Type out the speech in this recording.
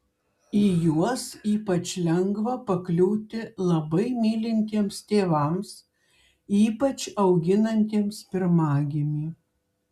į juos ypač lengva pakliūti labai mylintiems tėvams ypač auginantiems pirmagimį